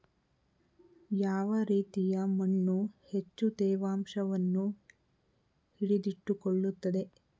ಯಾವ ರೀತಿಯ ಮಣ್ಣು ಹೆಚ್ಚು ತೇವಾಂಶವನ್ನು ಹಿಡಿದಿಟ್ಟುಕೊಳ್ಳುತ್ತದೆ?